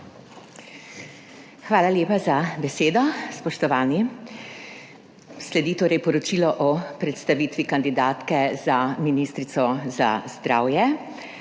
Hvala lepa za besedo, spoštovani. Sledi torej poročilo o predstavitvi kandidatke za ministrico za zdravje.